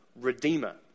redeemer